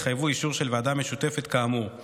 יחייבו אישור של ועדה משותפת כאמור.